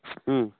ᱦᱮᱸ